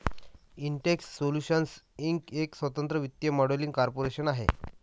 Intex Solutions Inc एक स्वतंत्र वित्तीय मॉडेलिंग कॉर्पोरेशन आहे